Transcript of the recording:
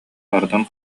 барытын